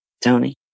Tony